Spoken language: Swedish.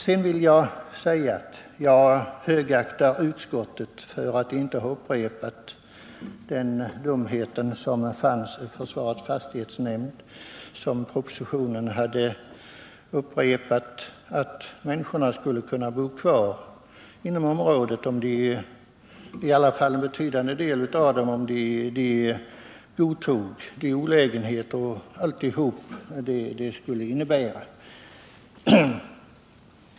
Sedan vill jag säga att jag högaktar utskottet för att det inte har upprepat den dumhet som försvarets fastighetsnämnd gjorde sig skyldig till och som åberopats i propositionen, att människorna skulle kunna bo kvar inom området, i varje fall en betydande del av dem, om de godtog alla olägenheter som det skulle innebära.